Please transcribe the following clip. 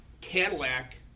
Cadillac